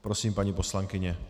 Prosím, paní poslankyně.